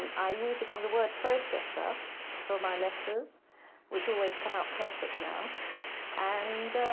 um i use it as a word processor for my letters which always come out perfect now and